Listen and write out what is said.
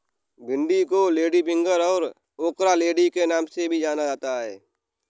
भिन्डी को लेडीफिंगर और ओकरालेडी के नाम से भी जाना जाता है